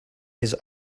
his